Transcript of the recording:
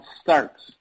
starts